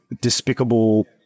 despicable